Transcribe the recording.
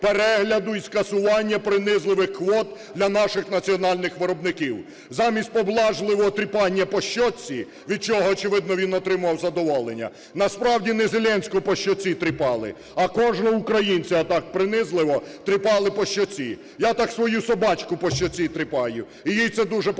перегляду і скасування принизливих квот для наших національних виробників. Замість поблажливого тріпання по щічці, від чого, очевидно, він отримував задоволення, насправді не Зеленського по щоці тріпали, а кожного українця отак принизливо тріпали по щоці, я так свою собачку по щоці тріпаю і їй це дуже подобається.